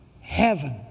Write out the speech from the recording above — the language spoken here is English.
heaven